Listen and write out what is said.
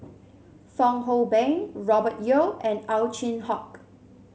Fong Hoe Beng Robert Yeo and Ow Chin Hock